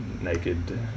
naked